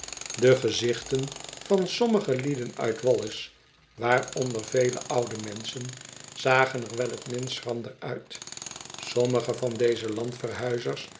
de gezichten van sommige lieden uit wallis waaronder vele oude menschen zagen er wel t minst schrander uit sommige van deze